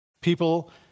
People